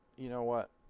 you know what